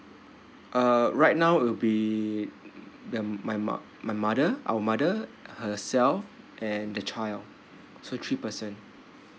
uh right now will be the my ma~ my mother our mother herself and the child so three person